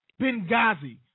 Benghazi